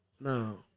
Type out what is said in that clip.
No